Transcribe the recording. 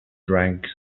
drank